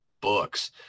books